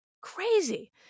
crazy